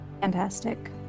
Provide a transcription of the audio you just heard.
Fantastic